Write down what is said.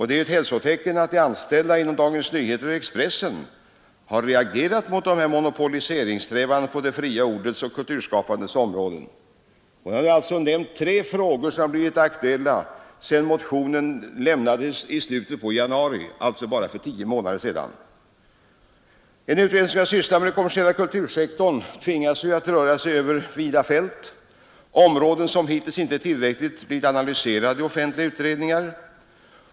Det är ett hälsotecken att de anställda inom Dagens Nyheter och Expressen har reagerat mot dessa monopoliseringssträvanden på det fria ordets och kulturskapandets områden. Detta är tre nya fakta som inträffat sedan vår motion lämnades i slutet på januari — för tio månader sedan. En utredning som skall syssla med den kommersiella kultursektorn tvingas röra sig över vida fält, områden som hittills inte tillräckligt blivit analyserade i offentliga utredningar.